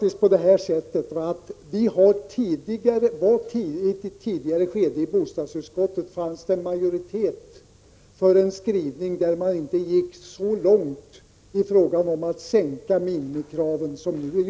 I ett tidigare skede fanns det i bostadsutskottet en majoritet för en skrivning där man inte gick så långt i fråga om att sänka minimikraven.